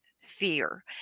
fear